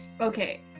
Okay